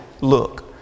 look